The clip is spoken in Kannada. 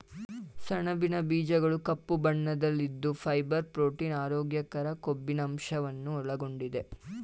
ಸಣಬಿನ ಬೀಜಗಳು ಕಪ್ಪು ಬಣ್ಣದಲ್ಲಿದ್ದು ಫೈಬರ್, ಪ್ರೋಟೀನ್, ಆರೋಗ್ಯಕರ ಕೊಬ್ಬಿನಂಶವನ್ನು ಒಳಗೊಂಡಿದೆ